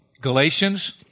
Galatians